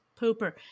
pooper